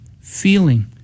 feeling